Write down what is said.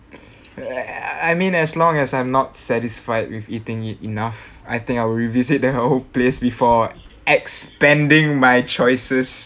I mean as long as I'm not satisfied with eating it enough I think I'll revisit that whole place before expanding my choices